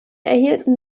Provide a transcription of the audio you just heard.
erhielten